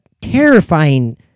terrifying